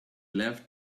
left